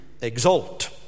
exalt